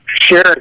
Sure